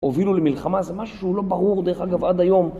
הובילו למלחמה זה משהו לא ברור דרך אגב עד היום